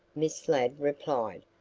miss ladd replied.